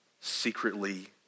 secretly